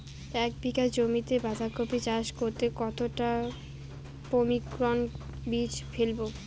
এক বিঘা জমিতে বাধাকপি চাষ করতে কতটা পপ্রীমকন বীজ ফেলবো?